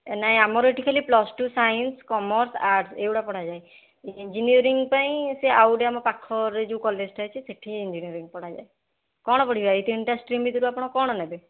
ନାଇଁ ଆମର ଏଠି ଖାଲି plus two science commerce arts ଏଗୁଡା ପଢ଼ାଯାଏ ଇଞ୍ଜିନିଅରିଂ ପାଇଁ ସେ ଆଉ ଗୋଟେ ଆମ ପାଖରେ ଯେଉଁ କଲେଜ୍ଟେ ଅଛି ସେଠି ଇଞ୍ଜିନିଅରିଂ ପଢ଼ାଯାଏ କ'ଣ ପଢ଼ିବେ ଏଇ ତିନିଟା ଷ୍ଟ୍ରିମ୍ ଭିତରୁ ଆପଣ କ'ଣ ନେବେ